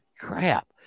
crap